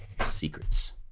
Secrets